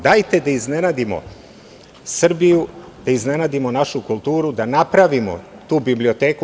Dajte da iznenadimo Srbiju, da iznenadimo našu kulturu, da napravimo tu biblioteku.